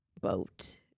boat